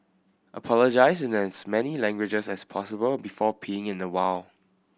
apologise in as many languages as possible before peeing in the wild